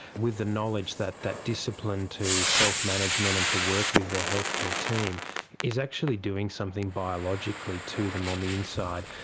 with the knowledge that that discipline to self-management and to work with their healthcare team is actually doing something biologically to them on the inside.